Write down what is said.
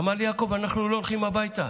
הוא אמר לי: יעקב, אנחנו לא הולכים הביתה.